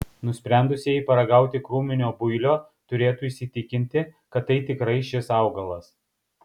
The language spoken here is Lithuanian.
nusprendusieji paragauti krūminio builio turėtų įsitikinti kad tai tikrai šis augalas